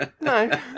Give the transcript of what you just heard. no